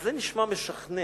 זה נשמע משכנע.